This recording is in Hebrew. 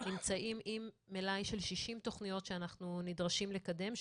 אנחנו נמצאים עם מלאי של 60 תכניות שאנחנו נדרשים לקדם,